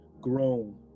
grown